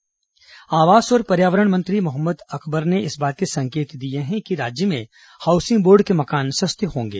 Akbar housing board आवास और पर्यावरण मंत्री मोहम्मद अकबर ने इस बात के संकेत दिये हैं कि राज्य में हाउसिंग बोर्ड के मकान सस्ते होंगे